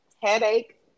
headache